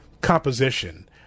composition